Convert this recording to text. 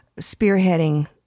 spearheading